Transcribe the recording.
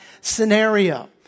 scenario